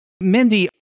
Mindy